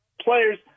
players